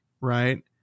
right